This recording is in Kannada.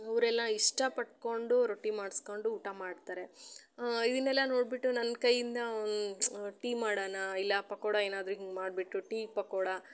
ಅವರೆಲ್ಲ ಇಷ್ಟ ಪಟ್ಕೊಂಡು ರೊಟ್ಟಿ ಮಾಡಿಸ್ಕೊಂಡು ಊಟ ಮಾಡ್ತಾರೆ ಇದನೆಲ್ಲ ನೋಡಿಬಿಟ್ಟು ನನ್ನ ಕೈಯಿಂದ ಟೀ ಮಾಡೋಣ ಇಲ್ಲ ಪಕೋಡ ಏನಾದ್ರೂ ಹಿಂಗೆ ಮಾಡಿಬಿಟ್ಟು ಟೀ ಪಕೋಡ